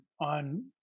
on